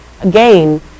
Again